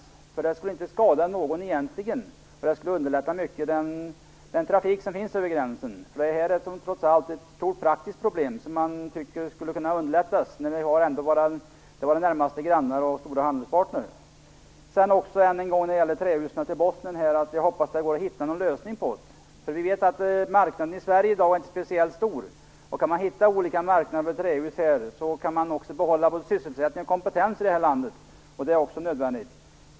Det skulle egentligen inte skada någon. Det skulle underlätta mycket för den trafik som förekommer över gränsen. Det här är trots allt ett stort praktiskt problem, som man tycker skulle kunna underlättas. Det handlar ändå om vår närmaste granne och stora handelspartner. Än en gång hoppas jag att det går att hitta någon lösning när det gäller trähusen till Bosnien. Vi vet att marknaden i Sverige i dag inte är speciellt stor. Kan man hitta olika marknader för trähus här, kan man också behålla både sysselsättning och kompetens i vårt land. Det är också nödvändigt.